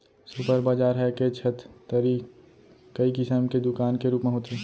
super बजार ह एके छत तरी कई किसम के दुकान के रूप म होथे